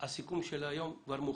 הסיכום של היום כבר מוכן.